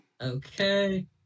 okay